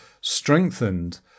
strengthened